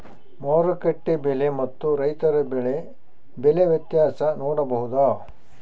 ಮಾರುಕಟ್ಟೆ ಬೆಲೆ ಮತ್ತು ರೈತರ ಬೆಳೆ ಬೆಲೆ ವ್ಯತ್ಯಾಸ ನೋಡಬಹುದಾ?